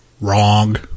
Wrong